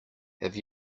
have